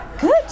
good